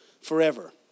forever